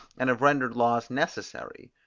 and have rendered laws necessary.